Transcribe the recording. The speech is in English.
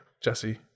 Jesse